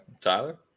Tyler